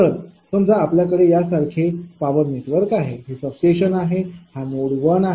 तर समजा आपल्याकडे यासारखे पॉवर नेटवर्क आहे हे सबस्टेशन आहे हा नोड 1 आहे